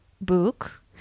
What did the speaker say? book